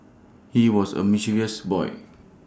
he was A mischievous boy